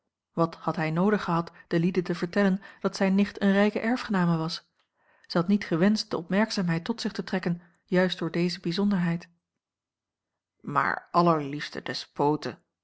wat had hij noodig gehad de lieden te vertellen dat zijne nicht eene rijke erfgename was zij had niet gewenscht de opmerkzaamheid tot zich te trekken juist door deze bijzonderheid maar allerliefste despote